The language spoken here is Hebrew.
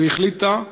והחליטה,